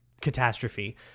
catastrophe